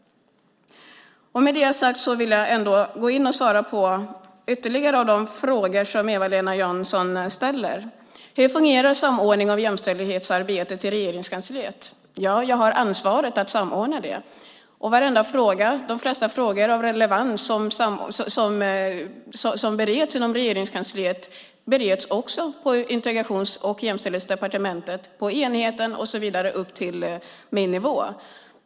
Med det sagt ska jag svara på de ytterligare frågor som Eva-Lena Jansson ställde. Hur fungerar samordningen av jämställdhetsarbetet i Regeringskansliet? Jag har ansvaret att samordna det. De flesta frågor av relevans som bereds inom Regeringskansliet bereds också på Integrations och jämställdhetsdepartementet, på enheten och så vidare upp till min nivå.